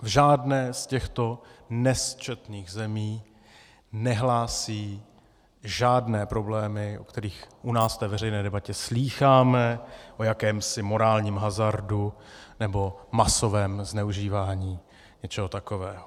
Žádná z těchto nesčetných zemí nehlásí žádné problémy, o kterých u nás v té veřejné debatě slýcháme o jakémsi morálním hazardu nebo masovém zneužívání něčeho takového.